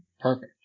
Perfect